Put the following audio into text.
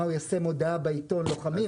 מה הוא יעשה, מודעה בעיתון 'לוחמים'?